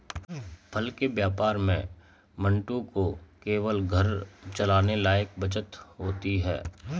फल के व्यापार में मंटू को केवल घर चलाने लायक बचत होती है